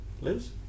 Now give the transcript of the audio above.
Liz